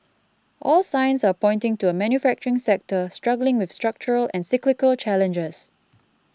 all signs are pointing to a manufacturing sector struggling with structural and cyclical challenges